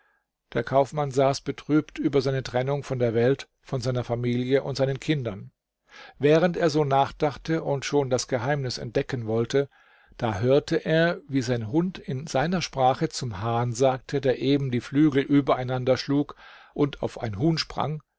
der kaufmann saß betrübt über seine trennung von der welt von seiner familie und seinen kindern während er so nachdachte und schon das geheimnis entdecken wollte da hörte er wie sein hund in seiner sprache zum hahn sagte der eben die flügel übereinander schlug und auf ein huhn sprang